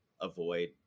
avoid